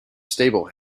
stable